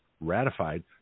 ratified